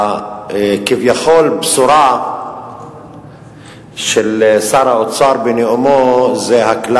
וכביכול הבשורה של שר האוצר בנאומו זה הכלל